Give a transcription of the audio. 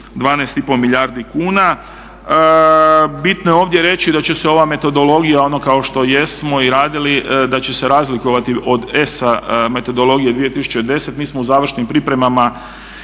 12,5 milijardi kuna. Bitno je ovdje reći da će se ova metodologija ono kao što jesmo i radili, da će se razlikovati od ESA metodologije 2010. Mi smo u završnim pripremama